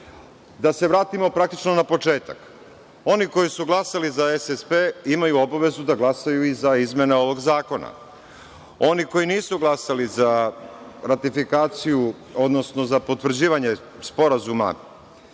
da se vratimo praktično na početak. Oni koji su glasali za SSP imaju obavezu da glasaju i za izmene ovog zakona. Oni koji nisu glasali za ratifikaciju odnosno za potvrđivanje Sporazuma